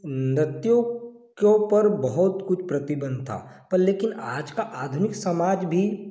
नर्तिकियों पर बहुत कुछ प्रतिबंध था पर लेकिन आज का आधुनिक समाज भी